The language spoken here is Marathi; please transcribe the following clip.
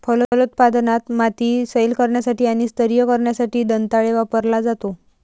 फलोत्पादनात, माती सैल करण्यासाठी आणि स्तरीय करण्यासाठी दंताळे वापरला जातो